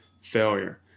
failure